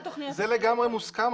זה לגמרי מוסכם.